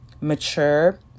mature